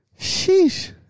Sheesh